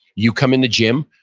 you come in the gym.